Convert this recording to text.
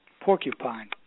porcupine